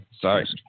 Sorry